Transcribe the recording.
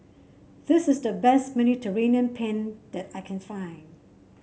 this is the best Mediterranean Penne that I can find